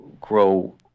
grow